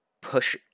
push